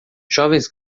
jovens